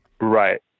Right